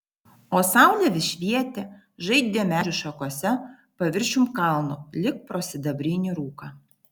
o saulė vis švietė žaidė medžių šakose paviršium kalno lyg pro sidabrinį rūką